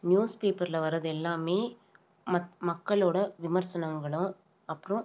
நியூஸ்பேப்பர்ல வர்றது எல்லாமே மக் மக்களோடய விமர்சனங்களும் அப்புறம்